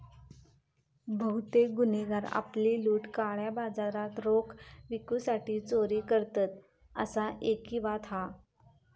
बहुतेक गुन्हेगार आपली लूट काळ्या बाजारात रोख विकूसाठी चोरी करतत, असा ऐकिवात हा